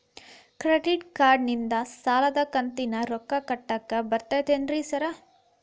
Credit ಕಾರ್ಡನಿಂದ ಸಾಲದ ಕಂತಿನ ರೊಕ್ಕಾ ಕಟ್ಟಾಕ್ ಬರ್ತಾದೇನ್ರಿ ಸಾರ್?